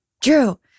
Drew